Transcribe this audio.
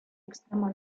extremo